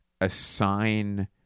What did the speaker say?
assign